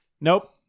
nope